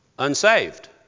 unsaved